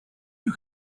you